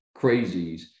crazies